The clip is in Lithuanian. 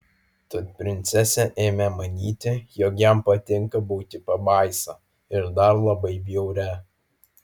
tad princesė ėmė manyti jog jam patinka būti pabaisa ir dar labai bjauria